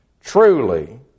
Truly